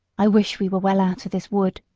i wish we were well out of this wood,